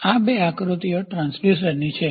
આ બે આકૃતિઓ ટ્રાન્સડ્યુસર્સની છે